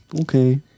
Okay